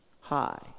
high